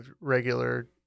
regular